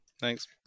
thanks